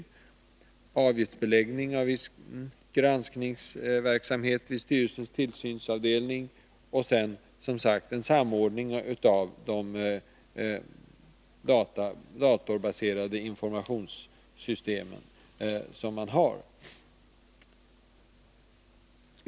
Man genomför avgiftsbeläggning av viss granskningsverksamhet vid styrelsens tillsynsavdelning och, som sagt, en samordning av de datorbaserade informationssystemen.